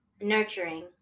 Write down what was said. nurturing